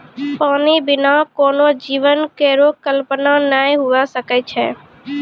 पानी बिना कोनो जीवन केरो कल्पना नै हुए सकै छै?